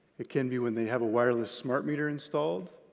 it can be when they have a wireless smart meter installed,